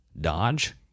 Dodge